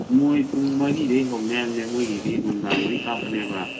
ꯃꯣꯏ ꯄꯨꯡ ꯃꯔꯤꯗꯩ ꯍꯧꯅꯤ ꯍꯥꯏꯕꯅꯦ ꯃꯣꯏꯒꯤꯗꯤ ꯅꯨꯡꯗꯥꯡꯗꯩ ꯀꯥꯞꯄꯅꯦꯕ